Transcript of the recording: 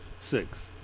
six